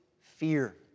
fear